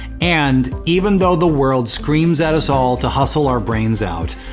and, even though the world screams at us all to hustle our brains out,